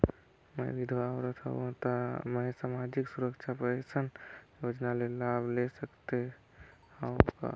मैं विधवा औरत हवं त मै समाजिक सुरक्षा पेंशन योजना ले लाभ ले सकथे हव का?